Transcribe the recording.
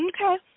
Okay